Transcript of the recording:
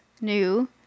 new